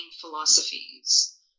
philosophies